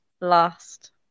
last